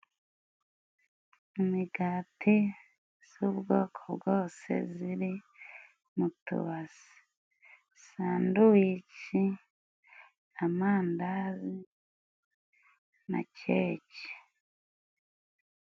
Imigati z'ubwoko bwose ziri mu tubase: sanduwici, amandazi na keke.